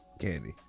candy